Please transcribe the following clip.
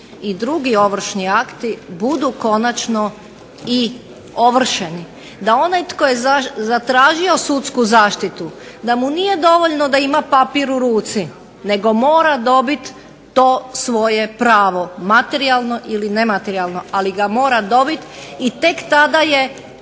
i drugi ovršni akti budu konačno i ovršeni, da onaj tko je zatražio sudsku zaštitu da mu nije dovoljno da ima papir u ruci, nego mora dobiti to svoje pravo materijalno ili nematerijalno, ali ga mora dobiti i tek tada je